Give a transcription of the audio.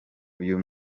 uyu